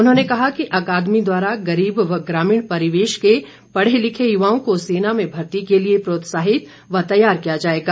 उन्होंने कहा कि अकादमी द्वारा गरीब व ग्रामीण परिवेश के पढ़े लिखे युवाओं को सेना में भर्ती के लिए प्रोत्साहित व तैयार किया जाएगा